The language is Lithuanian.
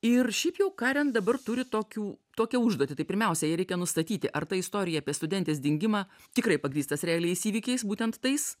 ir šiaip jau karen dabar turi tokių tokią užduotį tai pirmiausia jai reikia nustatyti ar ta istorija apie studentės dingimą tikrai pagrįstas realiais įvykiais būtent tais